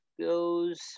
goes